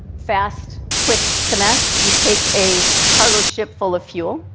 fast, quick connect. you take a cargo ship full of fuel,